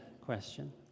question